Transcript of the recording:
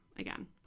again